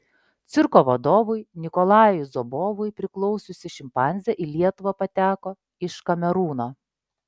cirko vadovui nikolajui zobovui priklausiusi šimpanzė į lietuvą pateko iš kamerūno